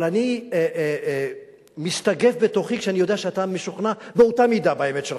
אבל אני מסתגף בתוכי כשאני יודע שאתה משוכנע באותה מידה באמת שלך.